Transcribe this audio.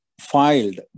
filed